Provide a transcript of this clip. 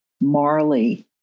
Marley